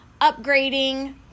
upgrading